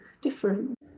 different